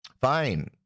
fine